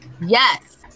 Yes